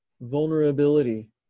vulnerability